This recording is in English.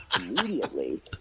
immediately